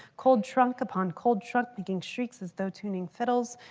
cold trunk upon cold trunk picking shrieks as though tuning fiddles,